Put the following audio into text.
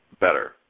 Better